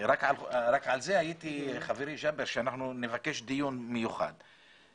רק על זה הייתי מבקש דיון מיוחד יחד עם חברי ג'אבר.